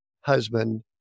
husband